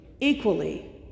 equally